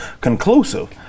conclusive